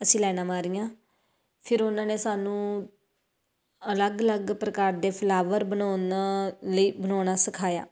ਅਸੀਂ ਲਾਈਨਾਂ ਮਾਰੀਆ ਫਿਰ ਉਹਨਾਂ ਨੇ ਸਾਨੂੰ ਅਲੱਗ ਅਲੱਗ ਪ੍ਰਕਾਰ ਦੇ ਫਲਾਵਰ ਬਣਾਉਣ ਲਈ ਬਣਾਉਣਾ ਸਿਖਾਇਆ